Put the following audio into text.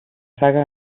saga